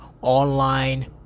Online